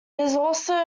also